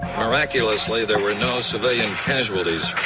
miraculously, there were no civilian casualties.